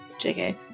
Jk